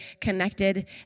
connected